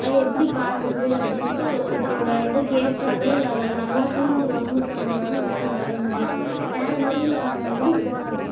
அது எப்படி பாடுகிறது அப்படி இன்னு ஒருத்தரோட இதை கேட்டாலோ இல்லை அதனால் கூர்ந்து கவனிச்சாலோ தான் நம்மளால் முடியும் வேற மொழியில் பாடும் போது இப்படித்தான் இருக்கும்